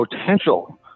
potential